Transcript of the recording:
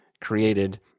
created